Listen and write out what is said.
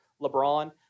LeBron